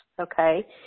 okay